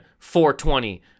420